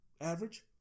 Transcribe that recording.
Average